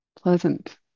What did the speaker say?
pleasant